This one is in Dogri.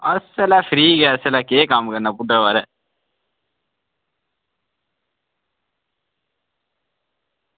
अस ऐल्लै शरीर ऐ बुड्डे बारै केह् कम्म करना